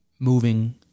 moving